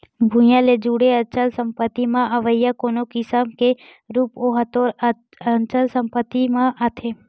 भुइँया ले जुड़े अचल संपत्ति म अवइया कोनो किसम के रूख ओहा तोर अचल संपत्ति म आथे